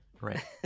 right